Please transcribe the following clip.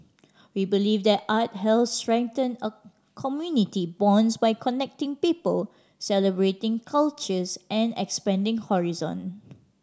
we believe that art helps strengthen a community bonds by connecting people celebrating cultures and expanding horizon